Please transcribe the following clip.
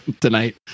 tonight